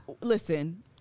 listen